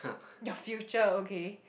your future okay